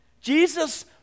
Jesus